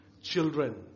Children